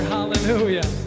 Hallelujah